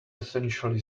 essentially